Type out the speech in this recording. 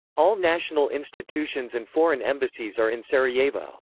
all national institutions and foreign embassies are in sarajevo.